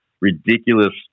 ridiculous